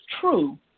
true